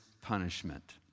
punishment